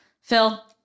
Phil